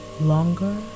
longer